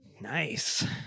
Nice